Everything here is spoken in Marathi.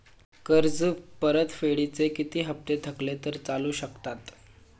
कर्ज परतफेडीचे किती हप्ते थकले तर चालू शकतात?